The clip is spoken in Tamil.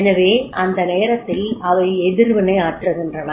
எனவே இந்த நேரத்தில் அவை எதிர்வினையாற்றுகின்றன